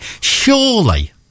surely